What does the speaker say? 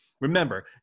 Remember